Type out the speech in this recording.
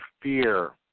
fear